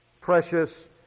precious